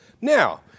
Now